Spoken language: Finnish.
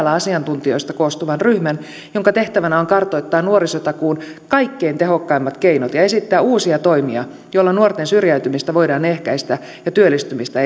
keväällä asiantuntijoista koostuvan ryhmän jonka tehtävänä on kartoittaa nuorisotakuun kaikkein tehokkaimmat keinot ja esittää uusia toimia joilla nuorten syrjäytymistä voidaan ehkäistä ja työllistymistä